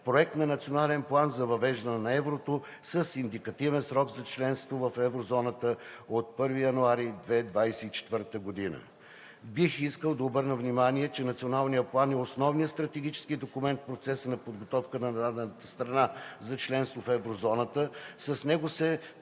Проект на Национален план за въвеждане на еврото с индикативен срок за членство в еврозоната от 1 януари 2024 г. Бих искал да обърна внимание, че Националният план е основният стратегически документ в процеса на подготовка на дадената страна за членство в еврозоната.